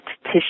tissue